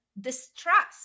distrust